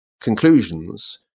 conclusions